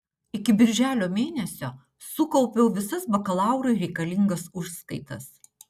iki birželio mėnesio sukaupiau visas bakalaurui reikalingas užskaitas